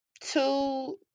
two